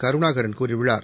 கருணாகரன் கூறியுள்ளார்